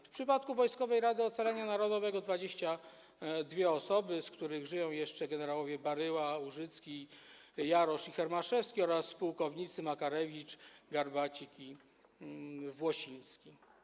W przypadku Wojskowej Rady Ocalenia Narodowego będą to 22 osoby, z których żyją jeszcze generałowie: Baryła, Użycki, Jarosz i Hermaszewski oraz pułkownicy: Makarewicz, Garbacik i Włosiński.